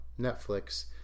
Netflix